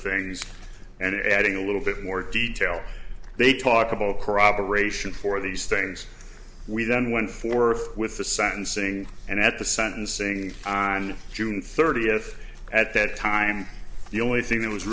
these and adding a little bit more detail they talk about corroboration for these things we then went for with the sentencing and at the sentencing on june thirtieth at that time the only thing that was